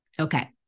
Okay